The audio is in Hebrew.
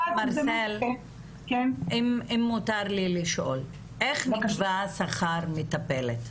מרסל, אם מותר לי לשאול, איך נקבע שכר מטפלת?